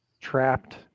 trapped